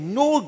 no